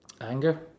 Anger